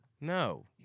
No